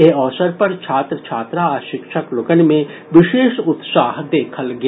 एहि अवसर पर छात्र छात्रा आ शिक्षक लोकनि मे विशेष उत्साह देखल गेल